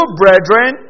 brethren